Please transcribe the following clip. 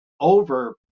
over